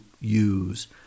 use